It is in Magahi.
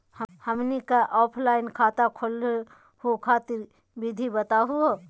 हमनी क ऑफलाइन खाता खोलहु खातिर विधि बताहु हो?